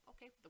Okay